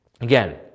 Again